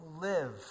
live